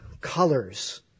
colors